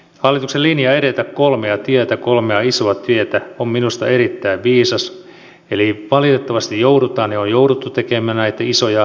hallituksen linja edetä kolmea isoa tietä on minusta erittäin viisas eli valitettavasti joudutaan ja on jouduttu tekemään näitä isoja säästöjä